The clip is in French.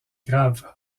grave